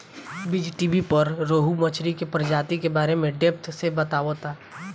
बीज़टीवी पर रोहु मछली के प्रजाति के बारे में डेप्थ से बतावता